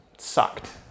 Sucked